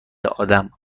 آدم